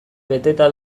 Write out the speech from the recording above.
beteta